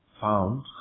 found